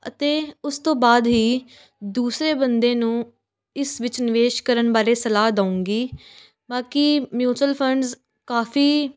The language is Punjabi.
ਅਤੇ ਉਸ ਤੋਂ ਬਾਅਦ ਹੀ ਦੂਸਰੇ ਬੰਦੇ ਨੂੰ ਇਸ ਵਿੱਚ ਨਿਵੇਸ਼ ਕਰਨ ਬਾਰੇ ਸਲਾਹ ਦਉਂਗੀ ਬਾਕੀ ਮਿਊਚਲ ਫੰਡਜ਼ ਕਾਫੀ